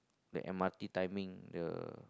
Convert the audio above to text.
the M_R_T timing the